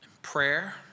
Prayer